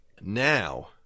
now